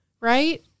Right